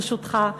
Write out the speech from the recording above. ברשותך,